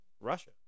Russia